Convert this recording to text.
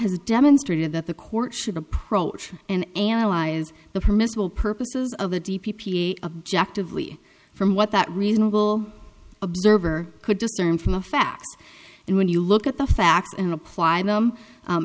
has demonstrated that the court should approach and analyze the permissible purposes of the d p p objective lee from what that reasonable observer could discern from the facts and when you look at the facts and applying them